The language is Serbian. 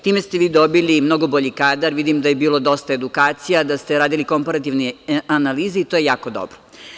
Time ste vi dobili mnogo bolji kadar, vidim da je bilo dosta edukacija, da ste radili komparativne analize i to je jako dobro.